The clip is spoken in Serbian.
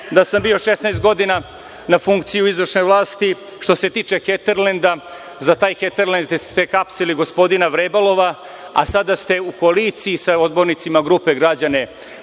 da sam bio 16 godina na funkciji u izvršnoj vlasti. Što se tiče „Heterlenda“, za taj „Heterlend“ ste hapsili gospodina Vrebalova, a sada ste u koaliciji sa odbornicima Grupe građana